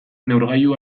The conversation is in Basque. neurgailu